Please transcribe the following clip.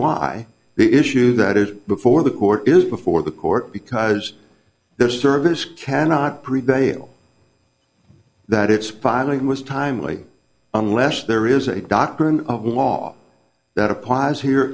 why the issue that is before the court is before the court because their service cannot prevail that its filing was timely unless there is a doctrine of law that applies here